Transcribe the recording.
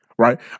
Right